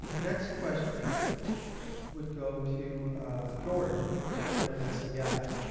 next question would go to george in particular on nsdf,